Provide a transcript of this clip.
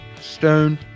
stone